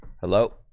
Hello